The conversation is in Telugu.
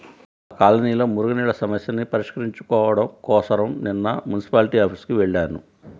మా కాలనీలో మురుగునీళ్ళ సమస్యని పరిష్కరించుకోడం కోసరం నిన్న మున్సిపాల్టీ ఆఫీసుకి వెళ్లాను